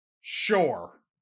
Sure